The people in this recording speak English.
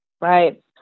Right